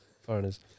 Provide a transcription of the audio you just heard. foreigners